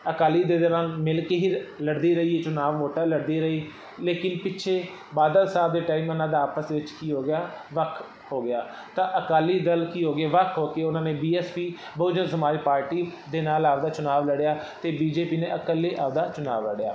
ਅਕਾਲੀ ਦੇ ਦੌਰਾਨ ਮਿਲ ਕੇ ਹੀ ਲੜਦੀ ਰਹੀ ਇਹ ਚੁਨਾਵ ਵੋਟਾਂ ਲੜਦੀ ਰਹੀ ਲੇਕਿਨ ਪਿੱਛੇ ਬਾਦਲ ਸਾਹਿਬ ਦੇ ਟਾਈਮ ਉਹਨਾਂ ਦਾ ਆਪਸ ਦੇ ਵਿੱਚ ਕੀ ਹੋ ਗਿਆ ਵੱਖ ਹੋ ਗਿਆ ਤਾਂ ਅਕਾਲੀ ਦਲ ਕੀ ਹੋ ਗਏ ਵੱਖ ਹੋ ਕੇ ਉਹਨਾਂ ਨੇ B S P Bahujan Samaj party ਦੇ ਨਾਲ ਆਪਦਾ ਚੁਣਾਵ ਲੜਿਆ ਅਤੇ ਬੀ ਜੇ ਪੀ ਨੇ ਇਕੱਲੇ ਆਪਦਾ ਚੁਣਾਵ ਲੜਿਆ